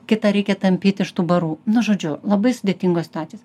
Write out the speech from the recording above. kitą reikia tampyt iš tų barų nu žodžiu labai sudėtingos situacijos